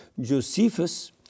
Josephus